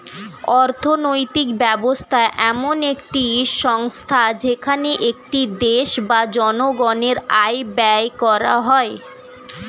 অর্থনৈতিক ব্যবস্থা এমন একটি সংস্থা যেখানে একটি দেশ বা জনগণের আয় ব্যয় করা হয়